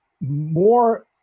more